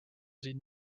siin